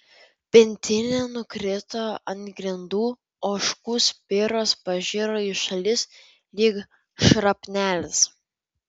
pintinė nukrito ant grindų ožkų spiros pažiro į šalis lyg šrapnelis